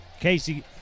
Casey